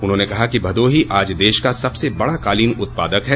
उन्होंने कहा कि भदोही आज देश का सबसे बड़ा कालीन उत्पादक है